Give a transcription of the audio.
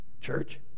Church